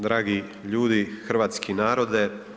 Dragi ljudi, hrvatski narode.